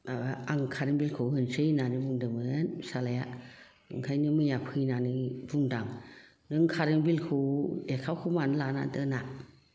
माबा आं current bill खौ होनोसै होननानै बुंदोंमोन फिसाज्लाया ओंखायनो मैया फैनानै बुंदों नों कारेन्ट बिल खौ लेखाखौ मानो लानानै दोना